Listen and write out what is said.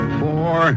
four